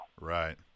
Right